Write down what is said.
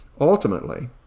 Ultimately